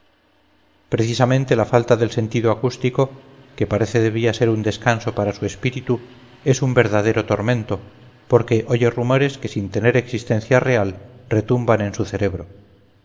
precisamente la falta del sentido acústico que parece debía ser un descanso para su espíritu es un verdadero tormento porque oye rumores que sin tener existencia real retumban en su cerebro